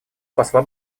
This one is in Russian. посла